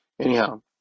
Anyhow